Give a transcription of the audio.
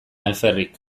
alferrik